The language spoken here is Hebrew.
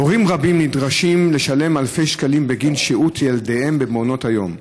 הורים רבים נדרשים לשלם אלפי שקלים בגין שהות ילדיהם במעונות היום.